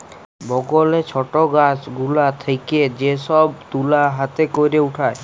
বগলে ছট গাছ গুলা থেক্যে যে সব তুলা হাতে ক্যরে উঠায়